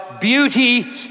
beauty